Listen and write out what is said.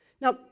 Now